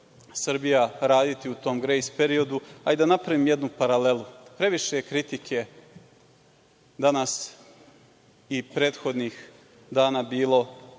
raditi u tom grejs periodu. Hajde da napravim jednu paralelu. Previše je kritike danas i prethodnih dana bilo